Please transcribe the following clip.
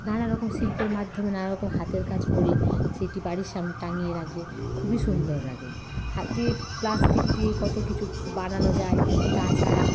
নানা রকম শিল্পর মাধ্যমে নানা রকম হাতের কাজ করে সেইটি বাড়ির সামনে টাঙিয়ে রাখলে খুবই সুন্দর লাগে হাতের প্লাস্টিক দিয়ে কত কিছু বানানো যায় তাছাড়া